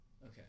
Okay